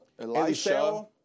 Elisha